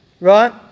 right